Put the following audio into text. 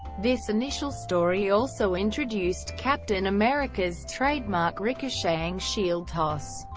this initial story also introduced captain america's trademark ricocheting shield-toss.